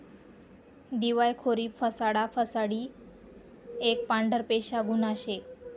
दिवायखोरी फसाडा फसाडी एक पांढरपेशा गुन्हा शे